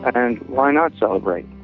but and why not celebrate?